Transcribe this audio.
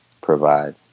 provide